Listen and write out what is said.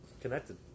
connected